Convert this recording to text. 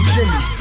Jimmy